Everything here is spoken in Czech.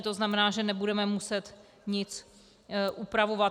To znamená, že nebudeme muset nic upravovat.